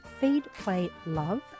feedplaylove